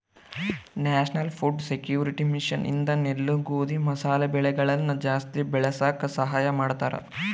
national food security mission ಇಂದ ನೆಲ್ಲು ಗೋಧಿ ಮಸಾಲೆ ಬೆಳೆಗಳನ ಜಾಸ್ತಿ ಬೆಳಸಾಕ ಸಹಾಯ ಮಾಡ್ತಾರ